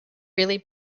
really